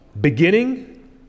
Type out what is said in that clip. beginning